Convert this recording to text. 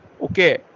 okay